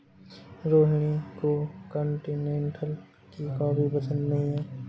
रोहिणी को कॉन्टिनेन्टल की कॉफी पसंद नहीं है